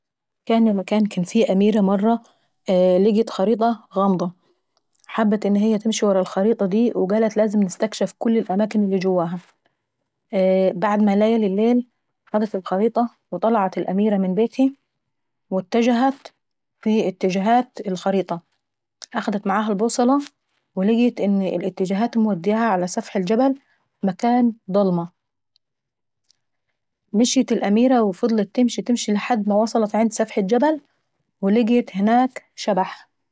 كان ياما كان كان في اميرة مرة لقيت خريطة غامضة. حبت ان هي تمشي ورا الخريطة دي وقالت انا لازم نستكشف كل الأماكن اللي جواها. بعد ما ليل الليل خدت الخريطة وطلعت الاميرة من بيتهي واتجهت في اتجاهات الخريطة واخدت معاها البوصلة، ولقيت ان التاجاهات مودياها على سفح الجبل في مكان ضلمة. مشيت الاميرة وفضلت تمشي تمشي لحد ما وصلت لسفح الجبل ولقيت هناك شبح.